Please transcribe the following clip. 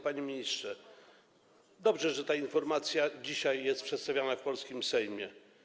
Panie ministrze, dobrze, że ta informacja dzisiaj jest przedstawiana w polskim Sejmie.